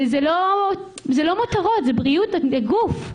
זה לא מותרות זה בריאות, זה גוף.